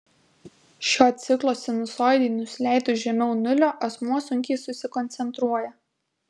šio ciklo sinusoidei nusileidus žemiau nulio asmuo sunkiai susikoncentruoja